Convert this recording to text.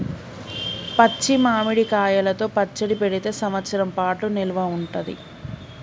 పచ్చి మామిడి కాయలతో పచ్చడి పెడితే సంవత్సరం పాటు నిల్వ ఉంటది